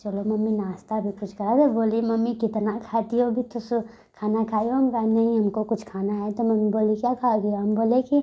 चलो मम्मी नास्ता भी कुछ करा दो बोली मम्मी कितना खाती हो अभी तो सो खाना खाई हो हम कहे नहीं हमको कुछ खाना है तो मम्मी बोली क्या खाओगी हम बोले कि